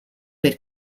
per